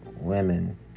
women